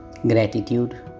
gratitude